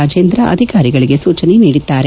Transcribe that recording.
ರಾಜೇಂದ್ರ ಅಧಿಕಾರಿಗಳಿಗೆ ಸೂಚನೆ ನೀಡಿದ್ದಾರೆ